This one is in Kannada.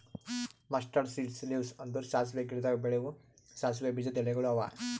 ಮಸ್ಟರಡ್ ಸೀಡ್ಸ್ ಲೀವ್ಸ್ ಅಂದುರ್ ಸಾಸಿವೆ ಗಿಡದಾಗ್ ಬೆಳೆವು ಸಾಸಿವೆ ಬೀಜದ ಎಲಿಗೊಳ್ ಅವಾ